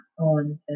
on